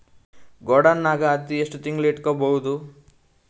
ಗೊಡಾನ ನಾಗ್ ಹತ್ತಿ ಎಷ್ಟು ತಿಂಗಳ ಇಟ್ಕೊ ಬಹುದು?